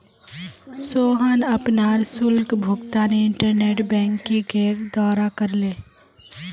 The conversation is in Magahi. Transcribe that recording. सोहन अपनार शुल्क भुगतान इंटरनेट बैंकिंगेर द्वारा करले